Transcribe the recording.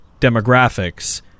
demographics